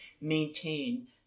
maintain